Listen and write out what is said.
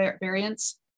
variants